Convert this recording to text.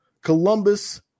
Columbus